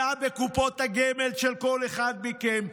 יש פגיעה בקופות הגמל של כל אחד מכם,